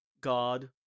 God